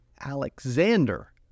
Alexander